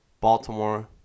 baltimore